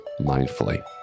mindfully